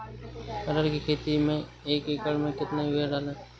मटर की खेती में एक एकड़ में कितनी यूरिया डालें?